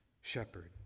shepherd